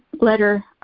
letter